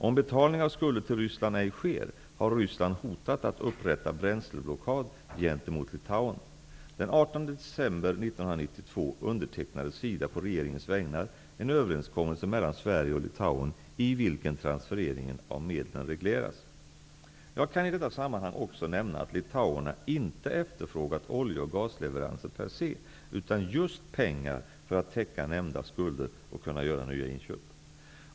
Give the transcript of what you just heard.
Om betalning av skulder till Ryssland ej sker, har undertecknade SIDA på regeringens vägnar en överenskommelse mellan Sverige och Litauen i vilken transfereringen av medlen regleras. Jag kan i detta sammanhang också nämna att litauerna inte efterfrågat olje och gasleveranser per se utan just pengar för att täcka nämnda skulder och kunna göra nya inköp.